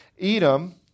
Edom